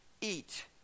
eat